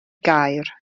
gaer